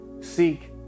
seek